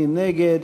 מי נגד?